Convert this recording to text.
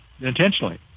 intentionally